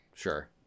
Sure